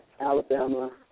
Alabama